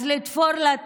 אז לתפור לה תיק,